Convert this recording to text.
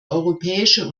europäische